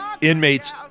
Inmates